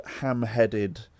ham-headed